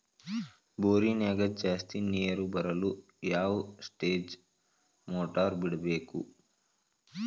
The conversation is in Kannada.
ಬೋರಿನ್ಯಾಗ ಜಾಸ್ತಿ ನೇರು ಬರಲು ಯಾವ ಸ್ಟೇಜ್ ಮೋಟಾರ್ ಬಿಡಬೇಕು?